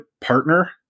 partner